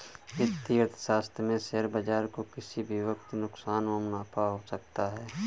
वित्तीय अर्थशास्त्र में शेयर बाजार को किसी भी वक्त नुकसान व मुनाफ़ा हो सकता है